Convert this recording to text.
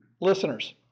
listeners